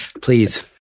Please